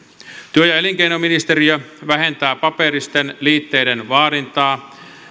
työ ja elinkeinoministeriö vähentää paperisten liitteiden vaadintaa